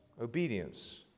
obedience